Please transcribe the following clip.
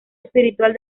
espiritual